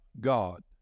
God